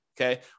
okay